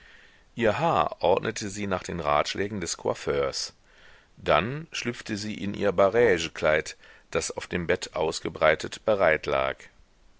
ihr haar ordnete sie nach den ratschlägen des coiffeurs dann schlüpfte sie in ihr barege kleid das auf dem bett ausgebreitet bereitlag